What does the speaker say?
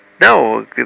no